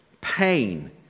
pain